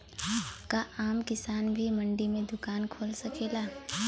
का आम किसान भी मंडी में दुकान खोल सकेला?